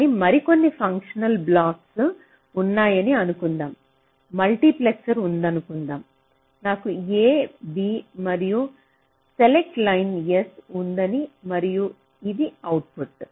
కానీ మరికొన్ని functional blocks ఉన్నాయని అనుకుందాం మల్టీప్లెక్సర్ ఉందనుకుందాం నాకు A B మరియు సెలెక్ట్ లైన్ S ఉంది మరియు ఇది అవుట్పుట్